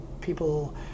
people